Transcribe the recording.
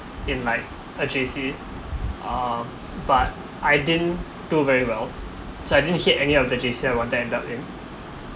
in like a J_C uh but I didn't do very well so I didn't hit any of the J_C I wanted end up in